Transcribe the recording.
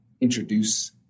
introduce